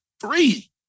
three